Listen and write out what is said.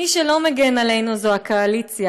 מי שלא מגן עלינו זה הקואליציה,